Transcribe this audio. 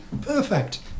Perfect